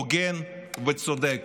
הוגן וצודק,